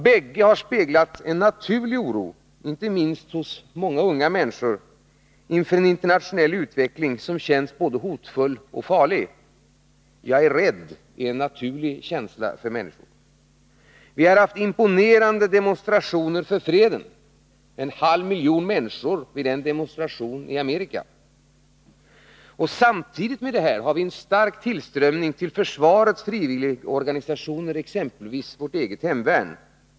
Bägge har speglat en naturlig oro, inte minst hos unga människor, inför en internationell utveckling som känns både hotfull och farlig. Jag är rädd är en naturlig känsla för människor. Vi har haft imponerande demonstrationer för freden — en halv miljon människor vid en demonstration i Amerika. Samtidigt med detta har vi en stark tillströmning till försvarets frivilligorganisationer, exempelvis vårt eget hemvärn.